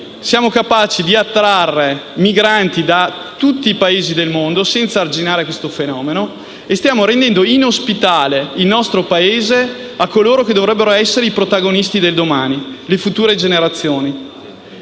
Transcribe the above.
siamo capaci di attrarre migranti da tutti i Paesi del mondo, senza arginare questo fenomeno, e stiamo rendendo inospitale il nostro Paese a coloro che dovrebbero essere i protagonisti del domani, cioè le future generazioni.